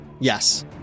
Yes